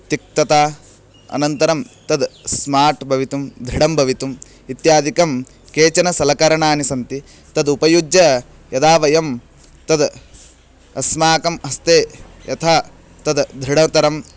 तिक्तता अनन्तरं तद् स्मार्ट् भवितुं धृढं भवितुम् इत्यादिकं केचन सलकरणानि सन्ति तद् उपयुज्य यदा वयं तद् अस्माकं हस्ते यथा तद् दृढतरं